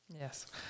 Yes